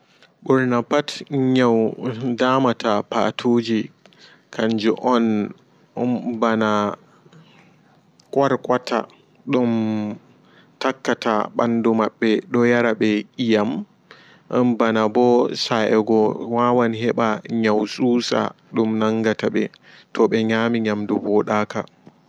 Ɓurna pat nyau damata patuji kanju on ɓana qorqota ɗum takkata ɓandu maɓɓe ɗoyaraɓe eyam banaɓo sa'ego wawan heɓa nyau tsusa ɗum nangata ɓe to ɓe nyami nyamdu ɗum wodaka.